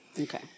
Okay